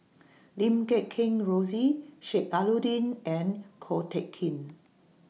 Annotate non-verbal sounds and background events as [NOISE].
[NOISE] Lim Guat Kheng Rosie Sheik Alau'ddin and Ko Teck Kin